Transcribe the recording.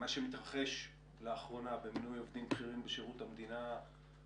מה שמתרחש לאחרונה במינוי עובדים בכירים בשירות המדינה,